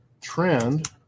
trend